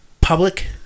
public